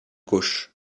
gauche